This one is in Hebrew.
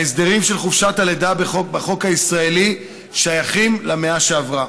ההסדרים של חופשת הלידה בחוק הישראלי שייכים למאה שעברה.